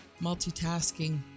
multitasking